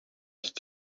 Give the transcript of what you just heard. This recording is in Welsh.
est